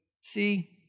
see